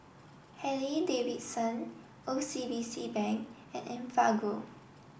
Harley Davidson O C B C Bank and Enfagrow